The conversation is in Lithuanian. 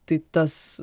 tai tas